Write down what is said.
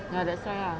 ya that's why ah